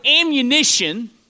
ammunition